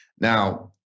Now